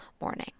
morning